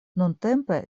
nuntempe